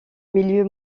milieu